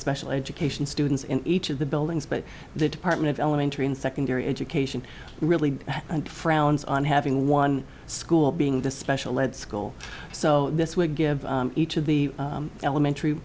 special education students in each of the buildings but the department of elementary and secondary education really and frowns on having one school being the special ed school so this would give each of the elementary